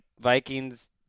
Vikings